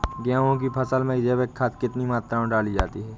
गेहूँ की फसल में जैविक खाद कितनी मात्रा में डाली जाती है?